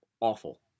awful